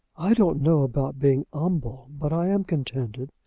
i don't know about being umble, but i am contented.